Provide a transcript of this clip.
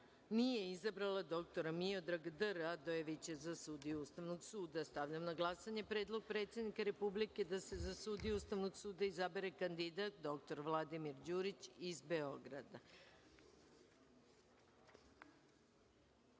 nije izabrala dr Mijodraga D. Radojevića za sudiju Ustavnog suda. Stavljam na glasanje Predlog predsednika Republike da se za sudiju Ustavnog suda izabere kandidat dr Vladimir Đurić iz